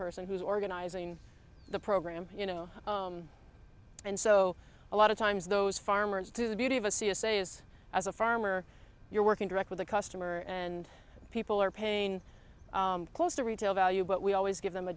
person who's organizing the program you know and so a lot of times those farmers do the beauty of a c s a is as a farmer you're working direct with the customer and people are paying close to retail value but we always give them a